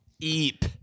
eep